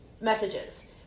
messages